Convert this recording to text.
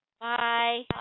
Bye